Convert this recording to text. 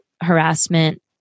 harassment